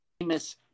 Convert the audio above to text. famous